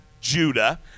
Judah